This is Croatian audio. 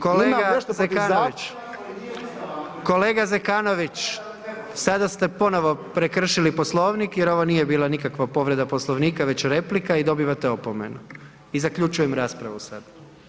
Kolega Zekanović, kolega Zekanović sada ste ponovo prekršili Poslovnik, jer ovo nije bila nikakva povreda Poslovnika već replika i dobivate opomenu i zaključujem raspravu sada.